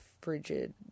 frigid